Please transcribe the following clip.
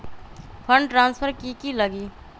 Fund transfer कि की लगी?